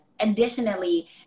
Additionally